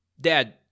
Dad